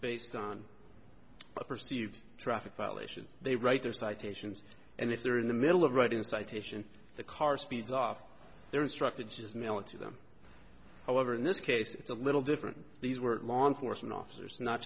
based on a perceived traffic violation they write their citations and if they're in the middle of writing a citation the car speeds off their instructor just mail it to them however in this case it's a little different these were law enforcement officers not